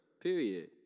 Period